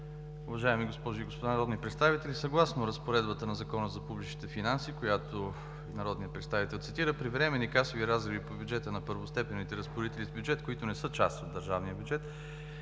уважаеми госпожи и господа народни представители! Съгласно разпоредбата на Закона за публичните финанси, която народният представител цитира, при временни касови разриви по бюджета на първостепенните разпоредители с бюджет, които не са част от държавния бюджет,